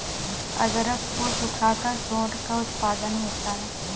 अदरक को सुखाकर सोंठ का उत्पादन होता है